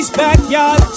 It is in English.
backyard